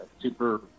super